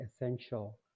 essential